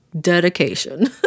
dedication